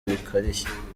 bikarishye